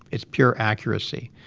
it's pure accuracy.